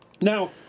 Now